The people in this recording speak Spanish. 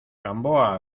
gamboa